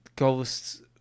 ghosts